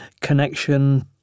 connection